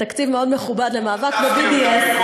תקציב מאוד מכובד למאבק ב-BDS,